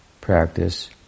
practice